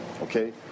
Okay